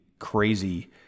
crazy